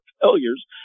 failures